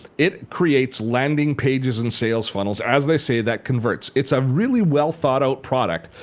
it creates landing pages and sales funnels, as they say, that converts. it's a really well thought out product.